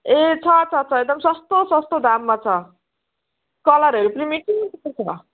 ए छ छ छ एकदम सस्तो सस्तो दाममा छ कलरहरू पनि मिठो मिठो छ